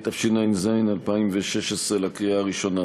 התשע"ז 2016, לקריאה הראשונה.